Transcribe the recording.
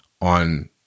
on